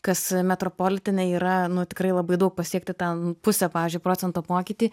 kas metropolitene yra nu tikrai labai daug pasiekti tą pusę pavyzdžiui procento pokytį